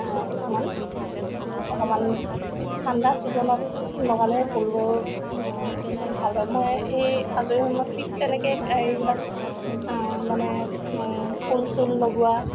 কিছুমান অকণমান ঠাণ্ডা চিজনত লগালে ফুলবোৰ ভাল হয় মই সেই আজৰি সময়ত ঠিক তেনেকৈ এইবিলাক মানে ফুল চুল লগোৱা